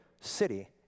city